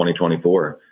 2024